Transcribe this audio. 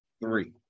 Three